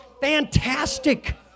fantastic